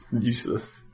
Useless